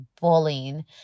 bullying